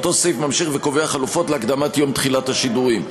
אותו סעיף ממשיך וקובע חלופות להקדמת יום תחילת השידורים.